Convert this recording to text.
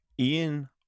Ian